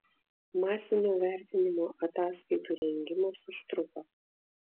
masinio vertinimo ataskaitų rengimas užtruko